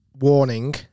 warning